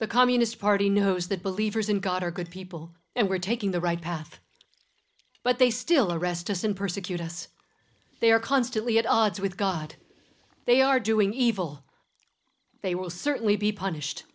the communist party knows that believers in god are good people and we're taking the right path but they still arrest us and persecute us they are constantly at odds with god they are doing evil they will certainly be punished